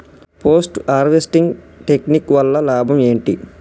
Post harvesting technique వల్ల లాభం ఏంటి?